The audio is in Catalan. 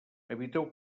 eviteu